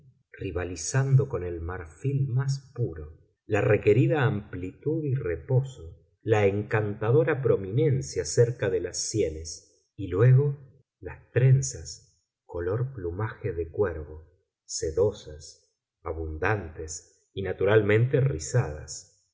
piel rivalizando con el marfil más puro la requerida amplitud y reposo la encantadora prominencia cerca de las sienes y luego las trenzas color plumaje de cuervo sedosas abundantes y naturalmente rizadas